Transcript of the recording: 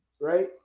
right